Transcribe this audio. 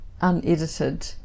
unedited